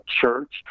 church